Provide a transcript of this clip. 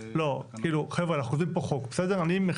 לא, כאילו חבר'ה, אנחנו כותבים פה חוק, בסדר?